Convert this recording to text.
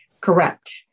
Correct